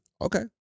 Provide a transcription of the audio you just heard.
Okay